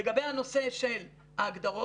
לגבי הנושא של ההגדרות,